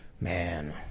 man